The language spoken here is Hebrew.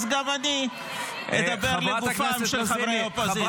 אז גם אני אדבר לגופם של חברי אופוזיציה.